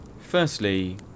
Firstly